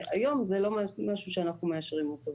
היום זה לא משהו שאנחנו מאשרים אותו.